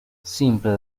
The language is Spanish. simple